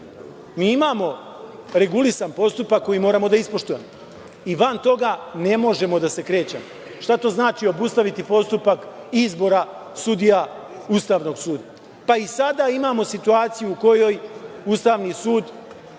Mi imamo regulisan postupak koji moramo da ispoštujemo i van toga ne možemo da se krećemo. Šta to znači obustaviti postupak izbora sudija Ustavnog suda? Pa, sada imamo situaciju u kojoj Ustavni sud